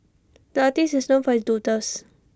the artist is known for his doodles